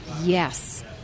Yes